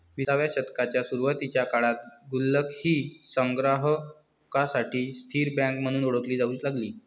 विसाव्या शतकाच्या सुरुवातीच्या काळात गुल्लक ही संग्राहकांसाठी स्थिर बँक म्हणून ओळखली जाऊ लागली